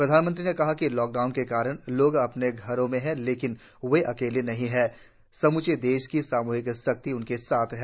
प्रधानमंत्री ने कहा कि लॉकडाउन के कारण लोग अपने घरों में हैं लेकिन वे अकेले नहीं हैं समूचे देश की सामूहिक शक्ति उनके साथ हैं